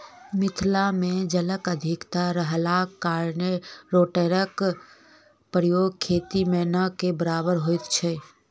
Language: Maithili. मिथिला मे जलक अधिकता रहलाक कारणेँ रोटेटरक प्रयोग खेती मे नै के बराबर होइत छै